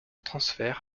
transfert